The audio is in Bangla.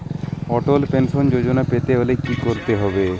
অটল পেনশন যোজনা পেতে হলে কি করতে হবে?